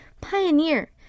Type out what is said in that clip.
pioneer